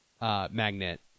Magnet